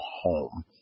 home